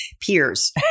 peers